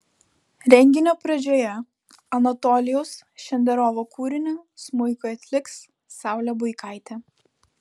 renginio pradžioje anatolijaus šenderovo kūrinį smuikui atliks saulė buikaitė